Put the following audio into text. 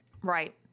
Right